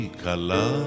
kala